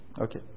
Okay